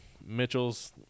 Mitchell's